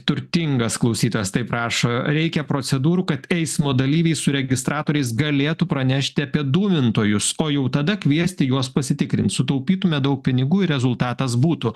turtingas klausytojas taip rašo reikia procedūrų kad eismo dalyviai su registratoriais galėtų pranešti apie dūmintojus o jau tada kviesti juos pasitikrint sutaupytume daug pinigų ir rezultatas būtų